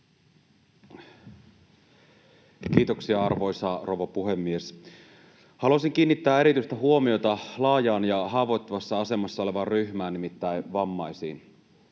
Kiitoksia, arvoisa rouva puhemies! Haluaisin kiinnittää erityistä huomiota laajaan ja haavoittuvassa asemassa olevaan ryhmään, nimittäin vammaisiin.